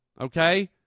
Okay